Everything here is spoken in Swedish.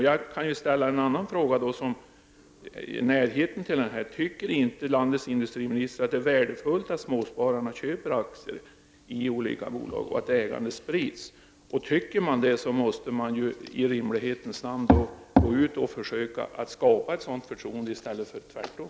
Jag kan ställa en annan fråga som ligger nära den tidigare. Tycker inte landets industriminister att det är värdefullt att småspararna köper aktier i olika bolag och att ägandet sprids? Om man tycker så, måste man i rimlighetens namn försöka skapa ett sådant förtroende i stället för tvärtom.